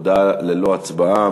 הודעה ללא הצבעה.